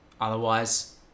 Otherwise